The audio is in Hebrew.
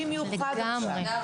במיוחד עכשיו.